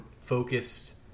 focused